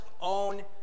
own